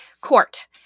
court